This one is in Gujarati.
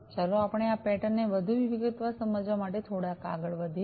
ચાલો આપણે આ પેટર્ન ને વધુ વિગતવાર સમજવા માટે થોડાક આગળ વધીએ